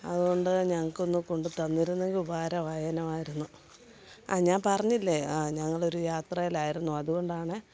അതുകൊണ്ട് ഞങ്ങൾക്കൊന്ന് കൊണ്ട് തന്നിരുന്നെങ്കിൽ ഉപകരമായേനെമായിരുന്നു ആ ഞാൻ പറഞ്ഞില്ലേ അ ഞങ്ങളൊരു യാത്രയിലായിരുന്നു അതുകൊണ്ടാണ്